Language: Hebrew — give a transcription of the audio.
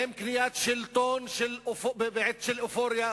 הן קניית שלטון בעת אופוריה,